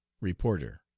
reporter